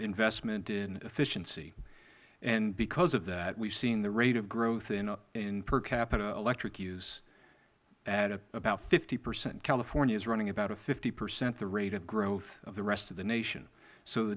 investment in efficiency and because of that we have seen the rate of growth in per capita electric use at about fifty percent california is running at about fifty percent the rate of growth of the rest of the nation so